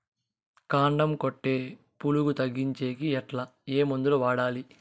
కాండం కొట్టే పులుగు తగ్గించేకి ఎట్లా? ఏ మందులు వాడాలి?